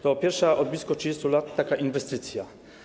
To pierwsza od blisko 30 lat taka inwestycja.